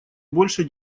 больше